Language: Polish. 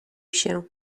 się